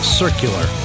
circular